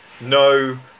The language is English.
No